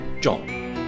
John